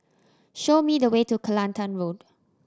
show me the way to Kelantan Road